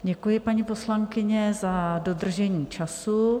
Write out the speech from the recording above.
Děkuji, paní poslankyně, za dodržení času.